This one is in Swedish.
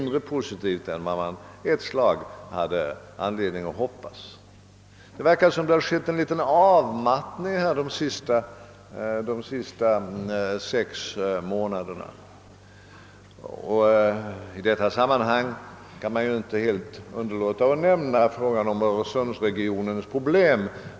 Det ser ut som om det skett en viss avmattning i intresset under de senaste sex månaderna. I detta sammanhang kan jag inte underlåta att nämna öresundsregionens Problem.